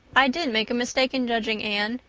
i did make a mistake in judging anne,